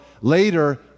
later